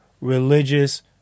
religious